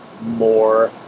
more